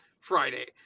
Friday